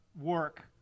work